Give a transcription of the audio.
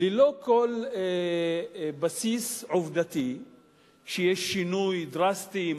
ללא כל בסיס עובדתי שיש שינוי דרסטי,